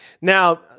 Now